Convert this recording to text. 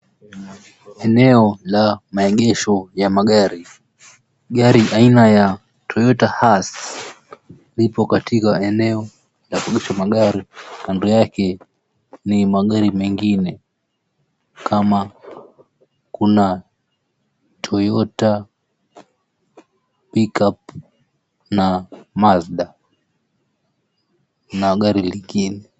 Eneo la maegesho ya magari. Gari aina ya Toyota Hiace lipo katika eneo la kuegesha magari. Kando yake ni magari mengine, kama kuna Toyota Pickup na Mazda, na gari lingine.